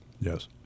Yes